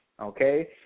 Okay